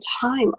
time